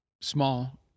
small